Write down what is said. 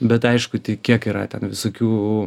bet aišku tai kiek yra ten visokių